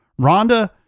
Rhonda